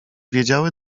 wiedziały